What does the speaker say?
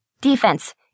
Defense